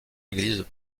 églises